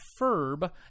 Ferb